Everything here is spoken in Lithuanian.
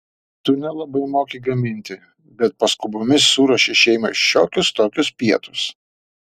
tu nelabai moki gaminti bet paskubomis suruošei šeimai šiokius tokius pietus